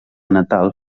natal